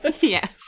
Yes